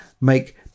make